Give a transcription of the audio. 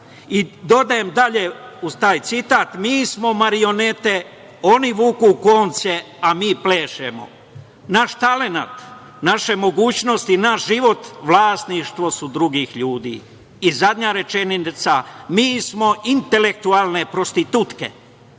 i dodajem dalje uz taj citat – mi smo marionete, oni vuku konce, a mi plešemo. Naš talenat, naše mogućnosti, naš život, vlasništvo su drugih ljudi i zadnja rečenica, mi smo intelektualne prostitutke,